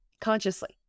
consciously